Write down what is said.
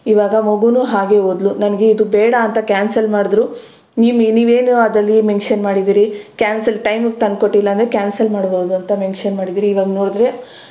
ಇವಾಗ ಮಗು ಹಾಗೇ ಹೋದ್ಲು ನನಗೆ ಇದು ಬೇಡ ಅಂತ ಕ್ಯಾನ್ಸಲ್ ಮಾಡಿದ್ರು ನಿಮ್ಮ ನೀವು ಏನು ಅದರಲ್ಲಿ ಮೆನ್ಷನ್ ಮಾಡಿದಿರಿ ಕ್ಯಾನ್ಸಲ್ ಟೈಮಿಗ್ ತಂದು ಕೊಟ್ಟಿಲ್ಲ ಅಂದರೆ ಕ್ಯಾನ್ಸಲ್ ಮಾಡ್ಬೋದು ಅಂತ ಮೆನ್ಷನ್ ಮಾಡಿದಿರಿ ಇವಾಗ ನೋಡಿದರೆ